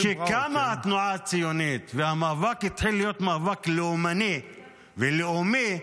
כשקמה התנועה הציונית והמאבק התחיל להיות מאבק לאומני ולאומי,